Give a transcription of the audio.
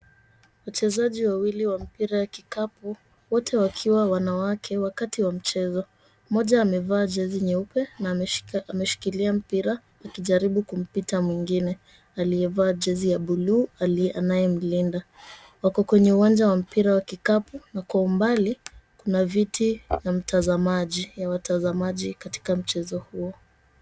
Wachezaji wawili wa mpira wa kikapu wote wakiwa wanawake wakati wa mchezo, Mmoja amevaa jezi nyeupe na ameshika ameshikilia mpira akijaribu kumpita mwingine aliyevaa jezi ya buluu aliye anayemlinda. Wako kwenye uwanja wa mpira wa kikapu na kwa umbali na viti vya mtazamaji ya watazamaji katika mchezo huo.